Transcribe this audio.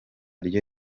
ryo